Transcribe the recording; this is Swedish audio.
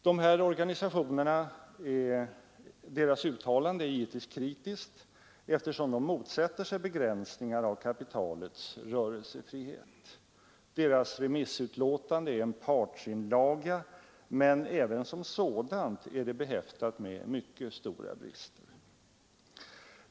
De här organisationernas uttalande är givetvis kritiskt, eftersom de motsätter sig begränsningar av kapitalets rörelsefrihet. Deras remissutlåtande är en partsinlaga, men även som sådan är utlåtandet behäftat med stora brister.